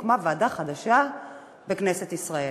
הוקמה ועדה חדשה בכנסת ישראל,